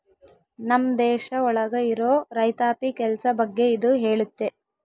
ನಮ್ ದೇಶ ಒಳಗ ಇರೋ ರೈತಾಪಿ ಕೆಲ್ಸ ಬಗ್ಗೆ ಇದು ಹೇಳುತ್ತೆ